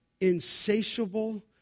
Insatiable